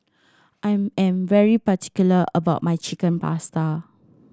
I am very particular about my Chicken Pasta